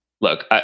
Look